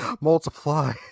multiply